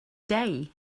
day